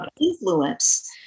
influence